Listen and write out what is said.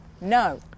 No